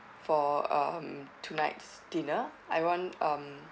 for um tonight's dinner I want um